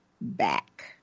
back